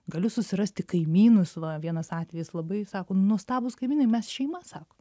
galiu susirasti kaimynus va vienas atvejis labai sako nuostabūs kaimynai mes šeima sako